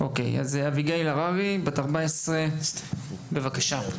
אביגיל הררי, בבקשה.